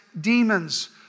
demons